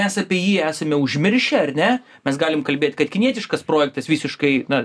mes apie jį esame užmiršę ar ne mes galim kalbėt kad kinietiškas projektas visiškai na